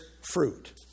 fruit